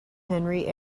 henry